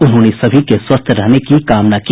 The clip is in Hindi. उन्होंने सभी के स्वस्थ रहने की कामना की